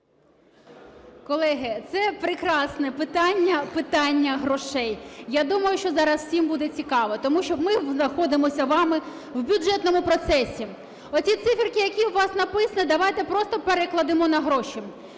Колеги, це прекрасне питання – питання грошей. Я думаю, що зараз всім буде цікаво, тому що знаходимося з вами в бюджетному процесі. Оці цифри, які у вас написані, давайте просто перекладемо на гроші.